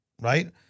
right